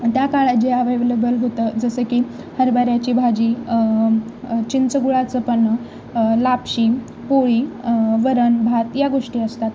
त्या काळ जे अवेलेबल होतं जसं की हरभऱ्याची भाजी चिंचगुळाचं पन्ह लापशी पोळी वरण भात या गोष्टी असतात